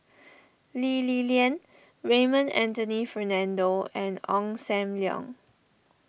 Lee Li Lian Raymond Anthony Fernando and Ong Sam Leong